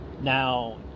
Now